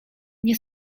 nie